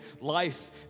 life